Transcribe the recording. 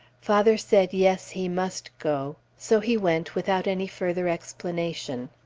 father said yes, he must go, so he went without any further explanation.